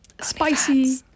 Spicy